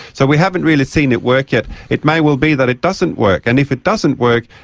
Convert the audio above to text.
so we haven't really seen it work yet. it may well be that it doesn't work, and if it doesn't work,